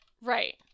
right